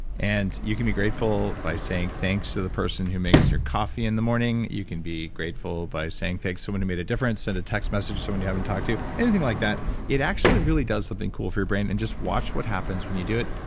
and you can be grateful by saying thanks to the person who makes your coffee in the morning. you can be grateful by saying thanks to someone who made a difference. send a text message to someone you haven't talked to. anything like that it actually really does something cool for your brain, and just watch what happens when you do it.